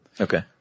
Okay